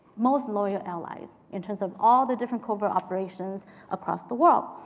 most loyal allies in terms of all the different covert operations across the world.